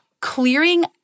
clearing